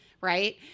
right